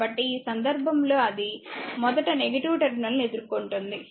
కాబట్టి ఈ సందర్భంలో అది మొదట టెర్మినల్ ను ఎదుర్కుంటుంది